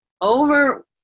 over